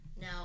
Now